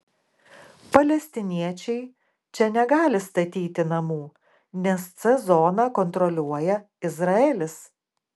palestiniečiai čia negali statyti namų nes c zoną kontroliuoja izraelis